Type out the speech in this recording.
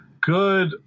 Good